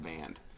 band